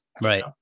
Right